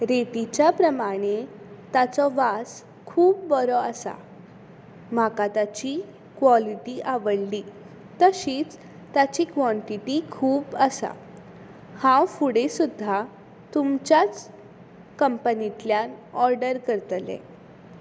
रेटीच्या प्रमाणे ताचो वास खूब बोरो आसा म्हाका ताची क्वॉलेटी आवडली तशींच ताची क्वॉण्टिटी खूब आसा हांव फुडें सुद्धा तुमच्याच कंपनींतल्यान ऑर्डर करतलें